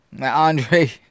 Andre